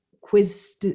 quiz